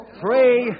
three